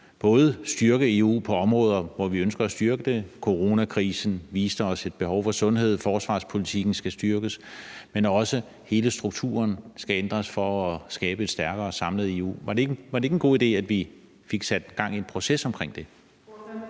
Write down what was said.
kunne styrke EU på områder, hvor vi ønsker at styrke det – coronakrisen viste os et behov for sundhed, og forsvarspolitikken skal styrkes – men også i forhold til at hele strukturen skal ændres for at skabe et stærkere og samlet EU. Var det ikke en god idé, at vi fik sat gang i en proces omkring det?